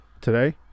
today